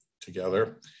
together